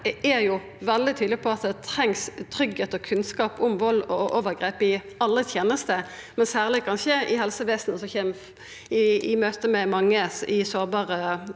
veldig tydeleg på at det trengst tryggleik og kunnskap om vald og overgrep i alle tenester, men kanskje særleg i helsevesenet, som kjem i møte med mange i sårbare